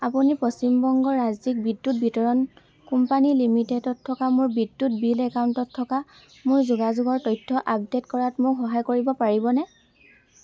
আপুনি পশ্চিম বংগ ৰাজ্যিক বিদ্যুৎ বিতৰণ কোম্পানী লিমিটেডত থকা মোৰ বিদ্যুৎ বিল একাউণ্টত থকা মোৰ যোগাযোগৰ তথ্য আপডে'ট কৰাত মোক সহায় কৰিব পাৰিবনে